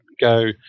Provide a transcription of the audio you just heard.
go